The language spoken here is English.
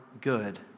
good